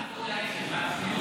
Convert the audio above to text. לחלט את מה?